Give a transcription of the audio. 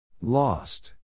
Lost